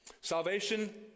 Salvation